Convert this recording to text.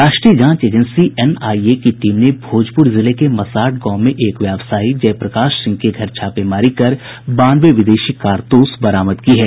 राष्ट्रीय जांच एजेंसीएनआईए की टीम ने भोजपुर जिले के मसाढ़ गांव में एक व्यवसायी जयप्रकाश सिंह के घर छापेमारी कर बानवे विदेशी कारतूस बरामद की है